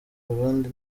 burundi